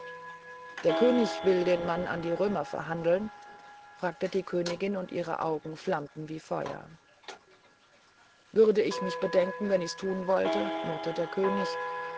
der könig will den mann an die römer verhandeln fragte die königin und ihre augen flammten wie feuer würde ich mich bedenken wenn ich's tut wollte murrte der könig